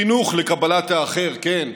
חינוך לקבלת האחר, כן,